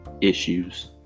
issues